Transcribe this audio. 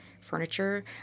furniture